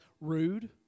rude